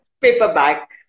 Paperback